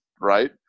right